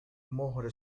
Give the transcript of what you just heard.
مهر